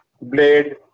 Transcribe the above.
blade